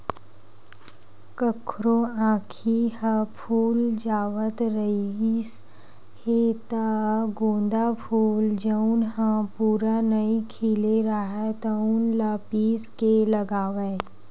कखरो आँखी ह फूल जावत रिहिस हे त गोंदा फूल जउन ह पूरा नइ खिले राहय तउन ल पीस के लगावय